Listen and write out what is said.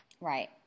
Right